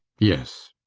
yes.